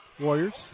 Warriors